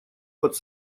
под